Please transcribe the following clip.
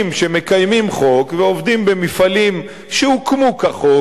שמקיימים חוק ועובדים במפעלים שהוקמו כחוק,